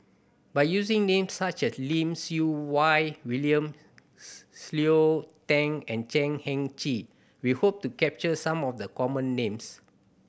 by using names such as Lim Siew Wai William Cleo Thang and Chan Heng Chee we hope to capture some of the common names